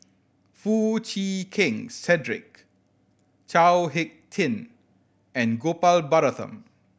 Foo Chee Keng Cedric Chao Hick Tin and Gopal Baratham